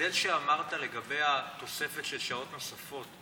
המודל שאמרת לגבי התוספת של שעות נוספות,